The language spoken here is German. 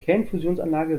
kernfusionsanlage